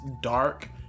dark